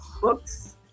books